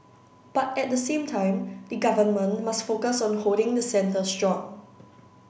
but at the same time the government must focus on holding the centre strong